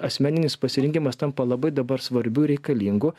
asmeninis pasirinkimas tampa labai dabar svarbiu reikalingu